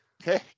Okay